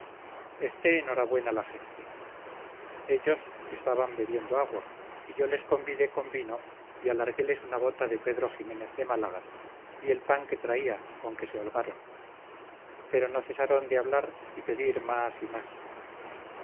en hora buena la gente ellos estaban bebiendo agua y yo les convidé con vino y alarguéles una bota de pedro jiménez de málaga y el pan que traía con que se holgaron pero no cesaron de hablar y pedir más y más